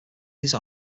these